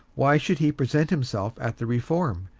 why should he present himself at the reform?